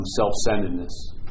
self-centeredness